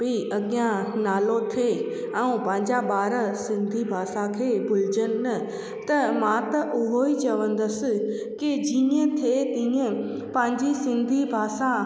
बि अॻियां नालो थिए ऐं पंहिंजा ॿार सिंधी भाषा खे भुलजनि न त मां त उहो ई चवंदसि कि जीअं थिए तीअं पंहिंजी सिंधी भाषा